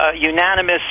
Unanimous